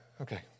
Okay